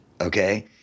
okay